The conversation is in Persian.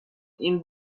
این